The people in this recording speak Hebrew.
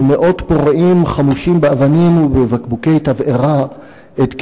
ומאות פורעים חמושים באבנים ובבקבוקי תבערה את קבר-יוסף.